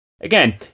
Again